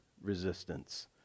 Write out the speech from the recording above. resistance